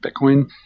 Bitcoin